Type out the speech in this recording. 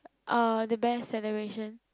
uh the best celebration